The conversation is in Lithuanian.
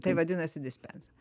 tai vadinasi dispensą